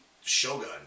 Shogun